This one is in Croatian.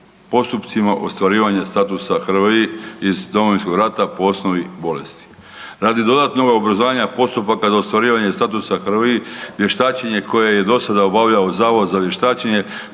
postupcima u ostvarivanjima statusa HRVI iz Domovinskog rata po osnovi bolesti, radi dodatnoga ubrzanja postupaka za ostvarivanje HRVI, vještačenje koje je do sada obavljao Zavod za vještačenje,